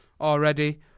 already